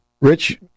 Rich